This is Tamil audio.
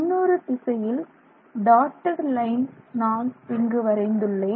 இன்னொரு திசையில் டாட்டட் லைன் நான் இங்கு வரைந்துள்ளேன்